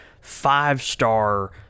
five-star